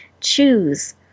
Choose